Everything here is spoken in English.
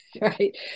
Right